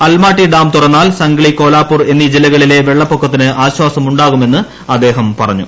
Almatti dam തുറന്നാൽ സംഗ്ലി കോലാപൂർ എന്നീ ജില്ലകളിലെ വെളളപ്പൊക്കത്തിന് ആശ്വാസമുണ്ടാകുമെന്ന് അദ്ദേഹം പറഞ്ഞു